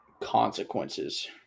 consequences